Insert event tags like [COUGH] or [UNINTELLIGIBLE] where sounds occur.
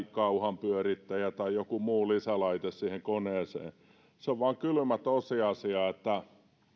[UNINTELLIGIBLE] kauhanpyörittäjä tai joku muu lisälaite siihen koneeseen niin sitä pienemmät päästöt se on vain kylmä tosiasia että